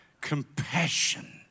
Compassion